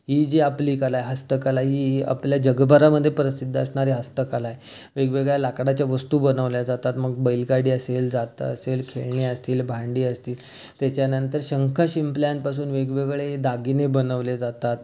ही जी आपली कला आहे हस्तकला ही ही आपल्या जगभरामध्ये प्रसिद्ध असणारी हस्तकला आहे वेगवेगळ्या लाकडाच्या वस्तू बनवल्या जातात मग बैलगाडी असेल जातं असेल खेळणी असतील भांडी असतील त्याच्यानंतर शंख शिंपल्यांपासून वेगवेगळे दागिने बनवले जातात